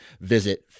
visit